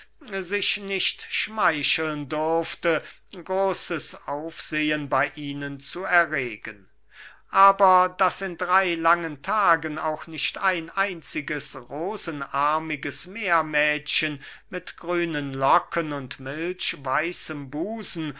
sich nicht schmeicheln durfte großes aufsehen bey ihnen zu erregen aber daß in drey langen tagen auch nicht ein einziges rosenarmiges meermädchen mit grünen locken und milchweißem busen